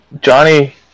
Johnny